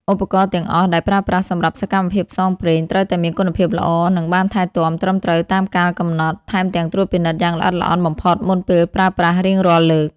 ឧបករណ៍ទាំងអស់ដែលប្រើប្រាស់សម្រាប់សកម្មភាពផ្សងព្រេង ត្រូវតែមានគុណភាពល្អ និងបានថែទាំត្រឹមត្រូវតាមកាលកំណត់ ថែមទាំងត្រួតពិនិត្យយ៉ាងល្អិតល្អន់បំផុតមុនពេលប្រើប្រាស់រៀងរាល់លើក។